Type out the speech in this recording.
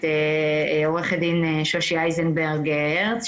את עו"ד שושי אייזנברג-הרץ,